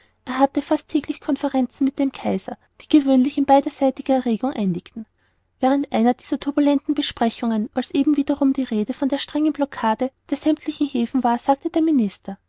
er hatte fast täglich conferenzen mit dem kaiser die gewöhnlich mit beiderseitiger erregung endigten während einer dieser turbulenten besprechungen als eben wiederum die rede von der strengen blockade der sämmtlichen häfen war sagte der minister